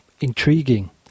intriguing